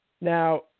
Now